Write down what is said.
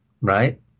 right